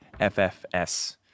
FFS